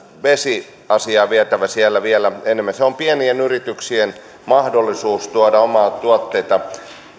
vesiasiaa vietävä siellä vielä enemmän se on pienien yrityksien mahdollisuus tuoda omia tuotteita